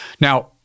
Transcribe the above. now